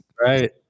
Right